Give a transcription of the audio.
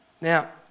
Now